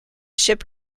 ship